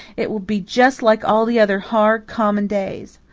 it will be just like all the other hard, common days.